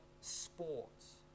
sports